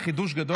חידוש גדול,